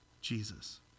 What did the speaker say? Jesus